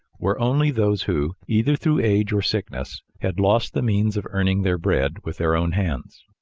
were only those who, either through age or sickness, had lost the means of earning their bread with their own hands.